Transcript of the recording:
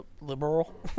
liberal